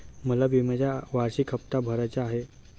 मला विम्याचा वार्षिक हप्ता भरायचा आहे